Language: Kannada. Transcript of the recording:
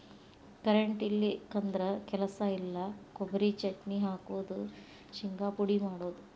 ಕರೆಂಟ್ ಇಲ್ಲಿಕಂದ್ರ ಕೆಲಸ ಇಲ್ಲಾ, ಕೊಬರಿ ಚಟ್ನಿ ಹಾಕುದು, ಶಿಂಗಾ ಪುಡಿ ಮಾಡುದು